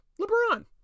LeBron